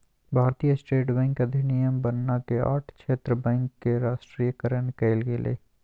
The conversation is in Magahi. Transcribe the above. भारतीय स्टेट बैंक अधिनियम बनना के आठ क्षेत्र बैंक के राष्ट्रीयकरण कइल गेलय